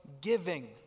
giving